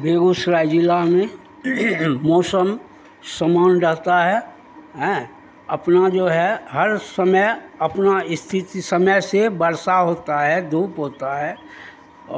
बेगूसराय जिला में मौसम समान रहता है अपना जो है हर समय अपना स्थिति समय से वर्षा होता है धूप होता है